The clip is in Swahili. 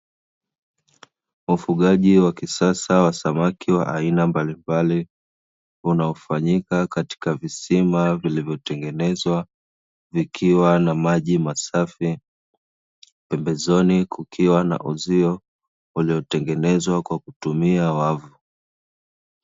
Ufugaji wa kisasa wa samaki wa aina mbalimbali, unaofanyika katika visima vilivyotengenezwa vikiwa na maji masafi, pembezoni kukiwa na uzio uliotengenezwa kwa kutumia wavu.